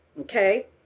okay